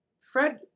Fred